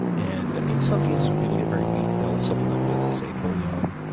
and in some cases when people get very weak, they'll supplement with, say, bullion,